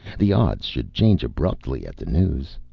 the odds should change abruptly at the news.